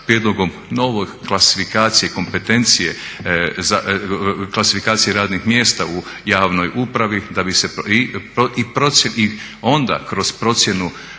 prijedlogom nove klasifikacije i kompetencije, klasifikacije radnih mjesta u javnoj upravi i onda kroz procjenu